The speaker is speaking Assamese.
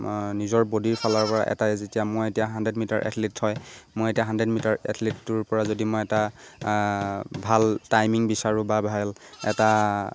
নিজৰ বডীৰফালৰপৰা এটাই যেতিয়া মই এতিয়া হাণ্ড্ৰেড মিটাৰ এথলিট হয় মই এতিয়া হাণ্ড্ৰেড মিটাৰ এথলিটোৰপৰা যদি মই এটা ভাল টাইমিং বিচাৰোঁ বা ভাল এটা